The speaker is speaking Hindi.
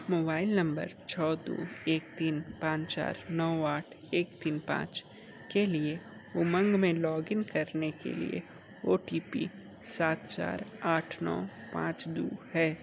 मोबाइल नंबर छः दो एक तीन पाँच चार नौ आठ एक तीन पाँच के लिए उमंग में लॉगइन करने के लिए ओ टी पी सात चार आठ नौ पाँच दो है